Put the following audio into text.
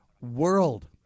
world